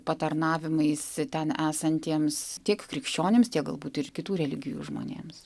patarnavimais ten esantiems tiek krikščionims tiek galbūt ir kitų religijų žmonėms